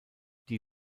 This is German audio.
die